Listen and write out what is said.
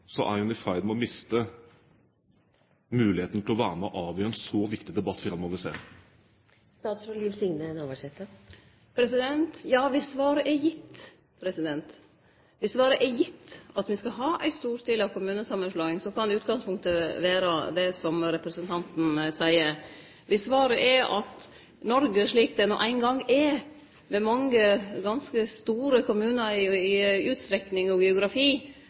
er i ferd med å miste muligheten til å være med på å avgjøre en så viktig debatt framover? Ja, dersom svaret er gitt, at me skal ha ei storstila kommunesamanslåing, kan utgangspunktet vere det som representanten seier. Dersom svaret er at Noreg slik det no eingong er, med mange ganske store kommunar i utstrekning og